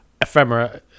ephemera